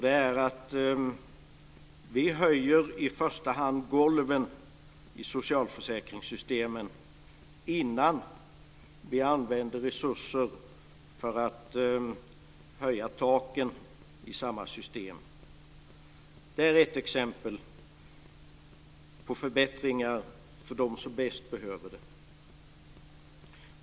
Det är att vi i första hand höjer golven i socialförsäkringssystemen innan vi använder resurser för att höja taken i samma system. Det är ett exempel på förbättringar för dem som bäst behöver det.